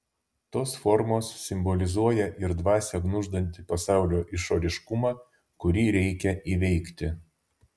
tos formos simbolizuoja ir dvasią gniuždantį pasaulio išoriškumą kurį reikia įveikti